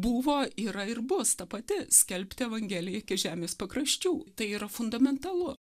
buvo yra ir bus ta pati skelbti evangeliją iki žemės pakraščių tai yra fundamentalu